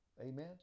amen